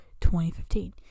2015